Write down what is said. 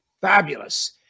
fabulous